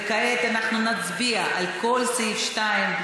וכעת אנחנו נצביע על כל סעיף 2,